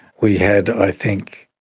we had i think,